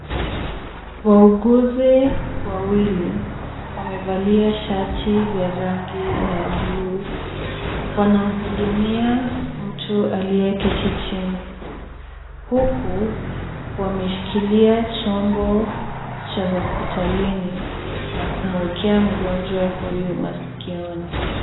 Wauguzi wawili wamevalia shati vya rangi ya blue . Wanamhudumia mtu aliyeketi chini huku wameshikilia chombo cha hospitalini na kumwekea mgonjwa huyu masikioni.